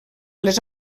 les